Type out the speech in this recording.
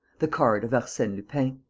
the card of arsene lupin.